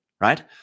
right